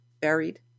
buried